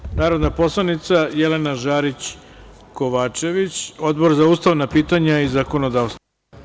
Reč ima narodna poslanica Jelena Žarić Kovačević, Odbor za ustavna pitanja i zakonodavstvo.